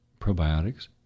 probiotics